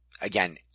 again